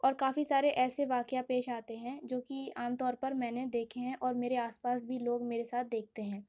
اور کافی سارے ایسے واقعہ پیش آتے ہیں جو کہ عام طور پر میں نے دیکھے ہیں اور میرے آس پاس بھی لوگ میرے ساتھ دیکھتے ہیں